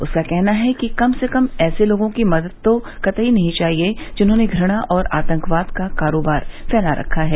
उसका कहना है कि कम से कम ऐसे लोगों की मदद तो कतई नहीं चाहिए जिन्होंने घृणा और आतंकवाद का कारोबार फैला रखा है